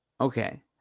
Okay